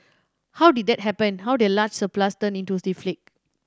how did that happen how did a large surplus turn into deficit